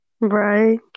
Right